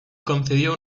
concedió